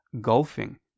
golfing